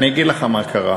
אני אגיד לך מה קרה,